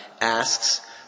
asks